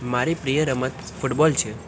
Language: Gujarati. મારી પ્રિય રમત ફૂટબોલ છે